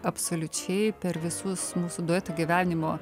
absoliučiai per visus mūsų dueto gyvenimo